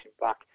back